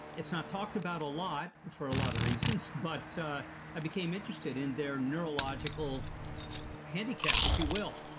it's not talked about a lot for a lot of reasons, but i became interested in their neurological handicap if you will.